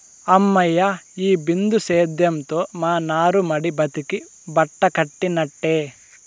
హమ్మయ్య, ఈ బిందు సేద్యంతో మా నారుమడి బతికి బట్టకట్టినట్టే